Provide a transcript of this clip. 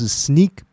sneak